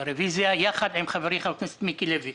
הרוויזיה יחד עם חברי, חבר הכנסת מיקי לוי,